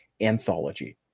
anthology